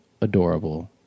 adorable